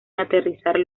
aterrizar